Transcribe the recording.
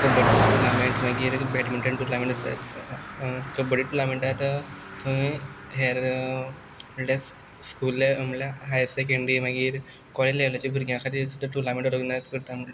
कबड्डीचो tournament मागीर badminton tournament kabaddi टोर्नमेंटांत थंय हेर म्हणल्यार स्कूल लेव्हल म्हणल्यार हायर सेकंड्री मागीर कॉलेज लेव्हलाचीं भुरग्यां खातीर ते टोर्नामेंट ओर्गनायज करता